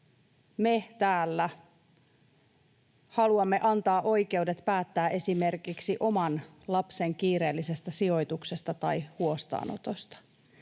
me täällä haluamme antaa oikeudet päättää esimerkiksi oman lapsen kiireellisestä sijoituksesta tai huostaanotosta,